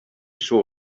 saw